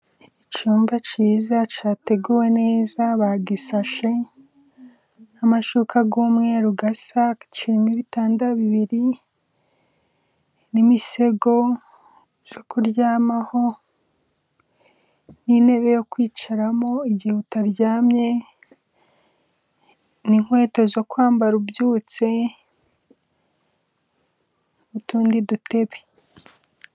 Icyumba kiza cyateguwe neza, bagisashe n'amashuka y'umweru asa, kirimo ibitanda bibiri, n'imisego yo kuryamaho, n'intebe yo kwicaramo igihe utaryamye, n'inkweto zo kwambara ubyutse, n'utundi dutebe.